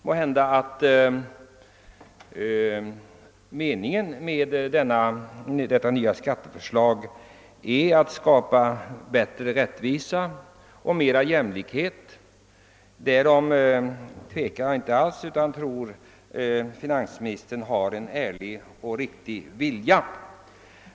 Måhända är meningen med detta nya skatteförslag att skapa större rättvisa och mer jämlikhet — därpå tvivlar jag inte, ty jag tror att finansministern har en ärlig vilja.